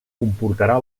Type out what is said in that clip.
comportarà